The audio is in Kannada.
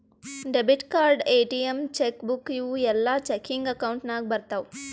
debit card, ATM, cheque book ಇವೂ ಎಲ್ಲಾ ಚೆಕಿಂಗ್ ಅಕೌಂಟ್ ನಾಗ್ ಬರ್ತಾವ್